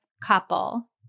couple